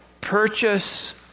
purchase